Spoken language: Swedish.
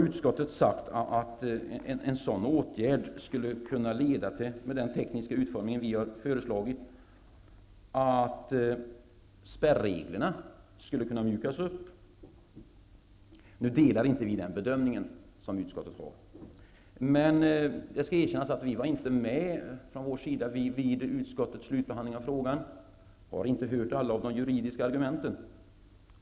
Utskottet säger att den tekniska utformning som vi har föreslagit skulle kunna innebära att spärreglerna mjukas upp. Vi gör inte samma bedömning som utskottet. Jag måste, som jag redan sagt, erkänna att vi i Vänsterpartiet inte var med då utskottet slutbehandlade frågan. Vi har således inte hört alla juridiska argument.